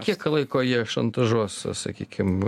kiek laiko jie šantažuos sakykim